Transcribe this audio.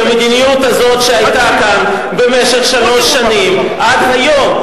המדיניות שהיתה כאן במשך שלוש שנים עד היום.